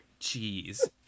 Jeez